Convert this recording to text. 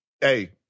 Hey